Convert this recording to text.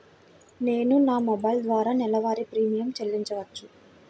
నేను నా మొబైల్ ద్వారా నెలవారీ ప్రీమియం చెల్లించవచ్చా?